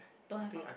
don't have ah